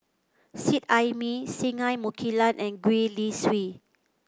Seet Ai Mee Singai Mukilan and Gwee Li Sui